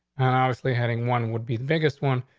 and obviously having one would be the biggest one,